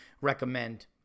recommend